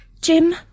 Jim